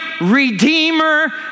Redeemer